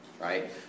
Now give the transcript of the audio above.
Right